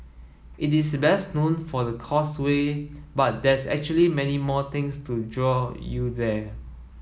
it is best known for the Causeway but there's actually many more things to draw you there